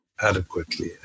adequately